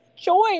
joy